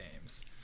games